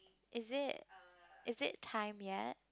is it is it time yet